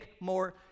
more